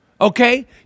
okay